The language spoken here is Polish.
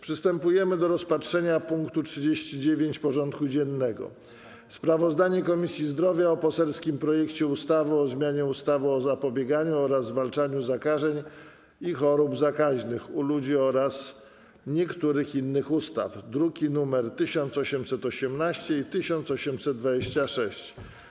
Przystępujemy do rozpatrzenia punktu 39. porządku dziennego: Sprawozdanie Komisji Zdrowia o poselskim projekcie ustawy o zmianie ustawy o zapobieganiu oraz zwalczaniu zakażeń i chorób zakaźnych u ludzi oraz niektórych innych ustaw (druki nr 1818 i 1826)